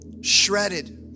shredded